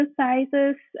exercises